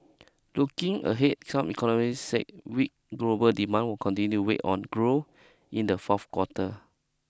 looking ahead some economists said weak global demand will continue weigh on growth in the fourth quarter